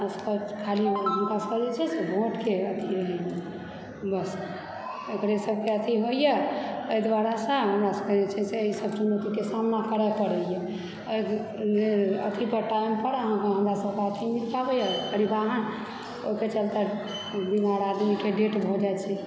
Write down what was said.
बस खाली हुनकासभकेँ जे छै से भोटके अथी रहै छै बस ओकरे सभके अथी होइए एहि दुआरेसे हमरा सभकेँ जे छै से एहिसभ चुनौतीकेँ सामना करै पड़ैए अथीपर टाइमपर अहाँसँ हमरा एगो परिवहन ओ के चलते बीमार आदमीकेँ डेड भऽ जाइत छै